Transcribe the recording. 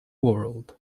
world